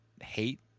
hate